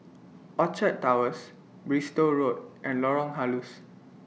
Orchard Towers Bristol Road and Lorong Halus